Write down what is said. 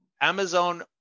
Amazon